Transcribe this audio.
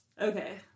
Okay